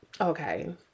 okay